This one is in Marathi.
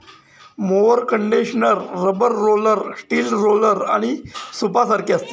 mower condenser rubber roller, steel roller आणि सूपसारखे असते